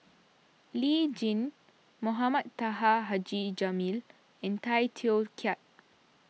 Lee Tjin Mohamed Taha Haji Jamil and Tay Teow Kiat